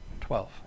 Twelve